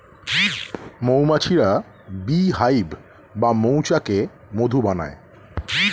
মৌমাছিরা bee hive বা মৌচাকে মধু বানায়